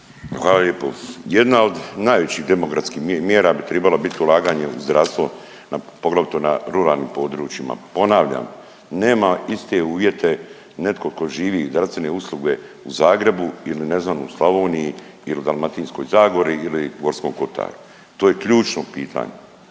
Hvala lijepo. Jedna od najvećih demografskih mjera bi tribalo bit ulaganje u zdravstvo, poglavito na ruralnim područjima. Ponavljam, nema iste uvijete netko tko živi i zdravstvene usluge u Zagrebu ili ne znam u Slavoniji ili u Dalmatinskoj zagori ili Gorskom kotaru. To je ključno pitanje.